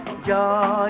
da